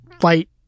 fight